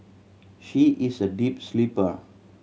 she is a deep sleeper